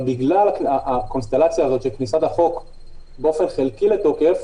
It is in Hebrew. אבל בגלל הקונסטלציה הזאת של כניסת החוק באופן חלקי לתוקף,